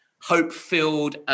hope-filled